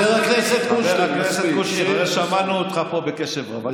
בגלל שאתה לא מכנס ועדה, חבר הכנסת קושניר.